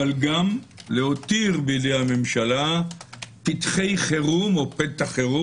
אבל גם להותיר בידי הממשלה פתחי חירום או פתח חירום